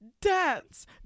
dance